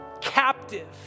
captive